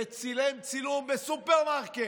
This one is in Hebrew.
וצילמו צילום בסופרמרקט.